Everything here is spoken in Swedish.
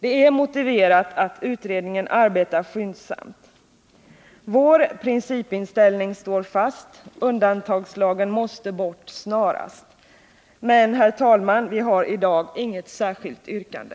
Det är motiverat att utredningen arbetar skyndsamt. Vår principinställning står fast: undantagslagen måste bort snarast. Men, herr talman, vi har i dag inget särskilt yrkande.